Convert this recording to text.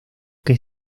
que